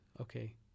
okay